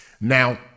Now